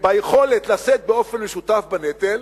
ביכולת לשאת באופן משותף את הנטל,